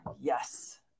Yes